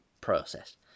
process